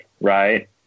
right